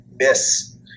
miss